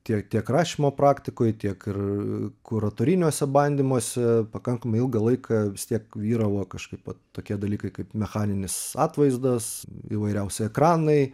tiek tiek rašymo praktikoj tiek ir kuratoriniouse bandymuose pakankamai ilgą laiką vistiek vyravo kažkaip vat tokie dalykai kaip mechaninis atvaizdas įvairiausi ekranai